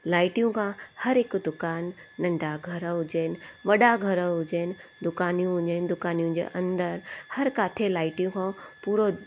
लाइटियूं खां हर हिकु दुकान नंढा घर हुजनि वॾा घर हुजनि दुकानूं हूंदियूं आहिनि दुकानुनि जे अंदरु हर काथे लाइटियूं खां